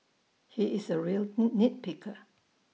he is A real knee nit picker